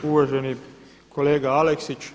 Uvaženi kolega Aleksić.